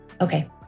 Okay